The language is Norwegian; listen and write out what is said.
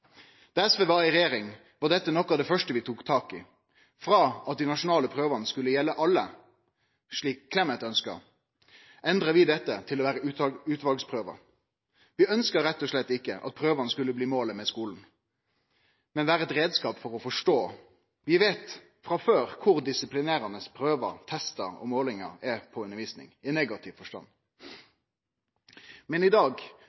SV var i regjering, var dette noko av det første vi tok tak i. Frå at dei nasjonale prøvane skulle gjelde alle, slik Clemet ønskte, endra vi dette til å vere utvalsprøvar. Vi ønskte rett og slett ikkje at prøvane skulle bli målet med skulen, men vere ein reiskap for å forstå. Vi veit frå før kor disiplinerande prøvar, testar og målingar er på undervisning i negativ forstand. Men i dag,